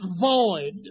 void